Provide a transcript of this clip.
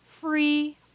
free